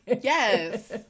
Yes